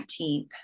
19th